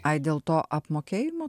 ai dėl to apmokėjimo